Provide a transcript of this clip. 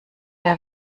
der